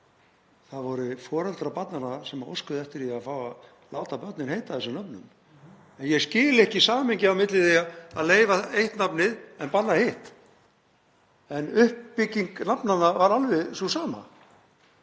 það voru foreldrar barnanna sem óskuðu eftir því að fá að láta börnin heita þessum nöfnum. En ég skil ekki samhengið á milli þess að leyfa eitt nafnið en banna hitt, en uppbygging nafnanna var alveg sú sama.